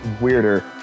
weirder